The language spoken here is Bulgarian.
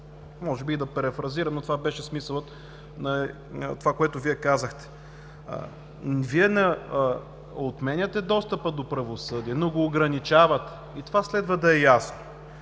Може би да перифразирам, но това беше смисълът на това, което Вие казахте. Вие не отменяте достъпа до правосъдие, но го ограничавате и това следва да е ясно.